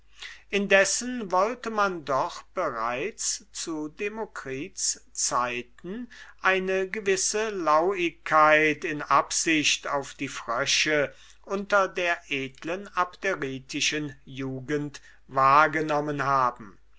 indessen wollte man doch zu demokritus zeiten eine gewisse lauigkeit in absicht auf die frösche unter der edeln abderitischen jugend wahrgenommen haben